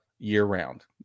year-round